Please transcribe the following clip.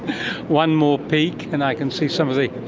one more peek, and i can see some of the,